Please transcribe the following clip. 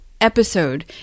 episode